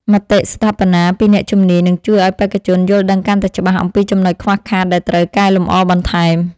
មតិស្ថាបនាពីអ្នកជំនាញនឹងជួយឱ្យបេក្ខជនយល់ដឹងកាន់តែច្បាស់អំពីចំណុចខ្វះខាតដែលត្រូវកែលម្អបន្ថែម។